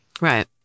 Right